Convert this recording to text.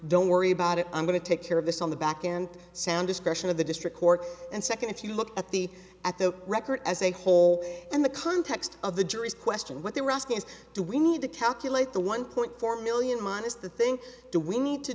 don't worry about it i'm going to take care of this on the back and sound discretion of the district court and second if you look at the at the record as a whole and the context of the jury's question what they were asking is do we need to calculate the one point four million minus the thing do we need to